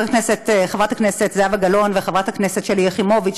חברת הכנסת זהבה גלאון וחברת הכנסת שלי יחימוביץ,